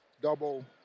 double